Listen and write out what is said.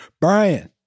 Brian